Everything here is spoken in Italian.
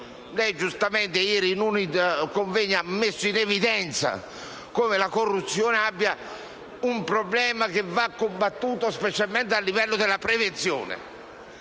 proprio ieri, in un convegno, ha messo in evidenza come la corruzione sia un problema che va combattuto, specialmente attraverso la prevenzione.